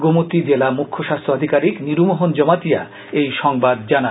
গোমতি জেলা মুখ্য স্বাস্থ্য আধিকারিক নিরুমোহন জমাতিয়া এই সংবাদ জানান